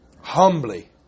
humbly